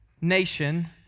nation